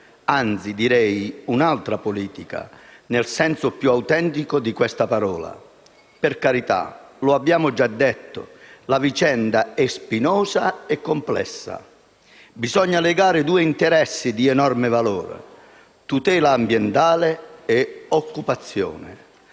anzi, direi un'altra politica, nel senso più autentico della parola. Per carità - lo abbiamo già detto - la vicenda è spinosa e complessa. Bisogna legare due interessi di enorme valore: tutela ambientale e occupazione.